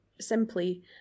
simply